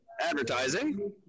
advertising